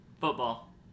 Football